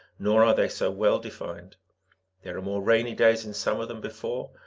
nor are they so well defined there are more rainy days in summer than before.